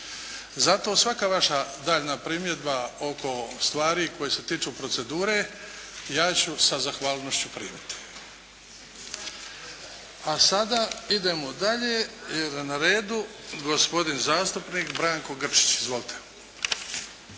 Zato svaka vaša daljnja primjedba oko stvari koje se tiču procedure ja ću sa zahvalnošću primiti. A sada idemo dalje jer je na redu gospodin zastupnik Branko Grčić. Izvolite.